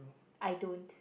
I don't